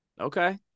Okay